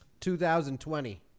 2020